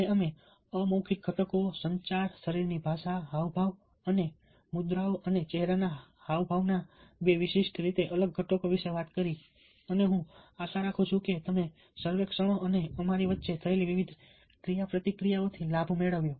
અને અમે અમૌખિક ઘટકો સંચાર શરીરની ભાષા હાવભાવ અને મુદ્રાઓ અને ચહેરાના હાવભાવના બે વિશિષ્ટ રીતે અલગ ઘટકો વિશે વાત કરી અને હું આશા રાખું છું કે તમે સર્વેક્ષણો અને અમારી વચ્ચે થયેલી વિવિધ ક્રિયાપ્રતિક્રિયાઓથી લાભ મેળવ્યો